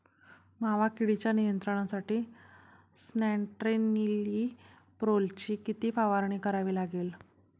मावा किडीच्या नियंत्रणासाठी स्यान्ट्रेनिलीप्रोलची किती फवारणी करावी लागेल?